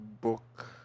book